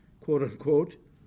quote-unquote